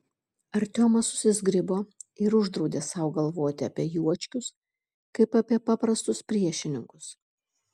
artiomas susizgribo ir uždraudė sau galvoti apie juočkius kaip apie paprastus priešininkus